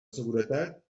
seguretat